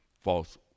false